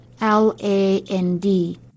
L-A-N-D